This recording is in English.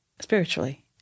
spiritually